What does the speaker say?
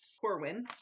Corwin